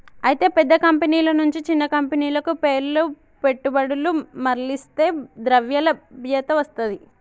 అయితే పెద్ద కంపెనీల నుంచి చిన్న కంపెనీలకు పేర్ల పెట్టుబడులు మర్లిస్తే ద్రవ్యలభ్యత వస్తది